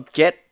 Get